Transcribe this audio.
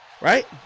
right